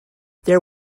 there